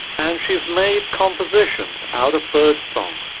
and she's made compositions out of birdsong.